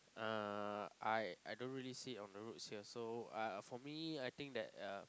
uh I I don't really see on the roads here so I for me I think that uh